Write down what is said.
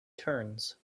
turns